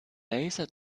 laser